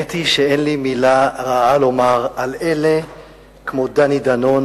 האמת היא שאין לי מלה רעה לומר על אלה כמו דני דנון,